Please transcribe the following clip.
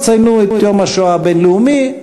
יציינו את יום השואה הבין-לאומי,